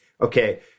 Okay